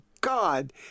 God